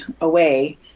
away